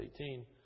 18